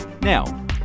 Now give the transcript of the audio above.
now